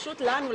פשוט לנו,